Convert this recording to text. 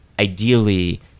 ideally